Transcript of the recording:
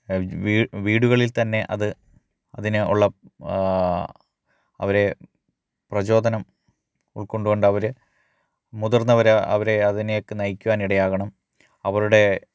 വീ വീടുകളിൽ തന്നെ അത് അതിന് ഉള്ള അവരെ പ്രചോദനം ഉൾക്കൊണ്ട് കൊണ്ടവര് മുതിർന്നവര് അവരെ അതിനേക്ക് നയിക്കുവാൻ ഇടയാകണം അവരുടെ